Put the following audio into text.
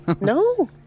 No